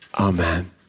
Amen